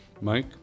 Mike